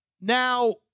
now